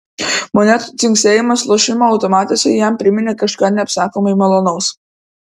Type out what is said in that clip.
monetų dzingsėjimas lošimo automatuose jam priminė kažką neapsakomai malonaus